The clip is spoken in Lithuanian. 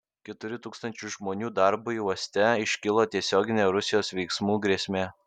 keturių tūkstančių žmonių darbui uoste iškilo tiesioginė rusijos veiksmų grėsmė